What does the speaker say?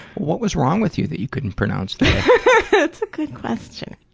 what was wrong with you that you couldn't pronounce they? that's a good question.